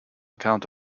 account